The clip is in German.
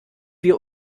wir